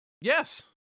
Yes